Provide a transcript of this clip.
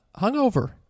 hungover